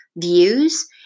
views